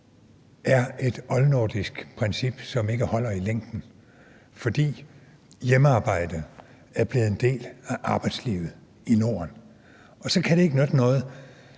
er et oldnordisk princip, som ikke holder i længden, fordi hjemmearbejde er blevet en del af arbejdslivet i Norden. Og så kan det ikke nytte noget,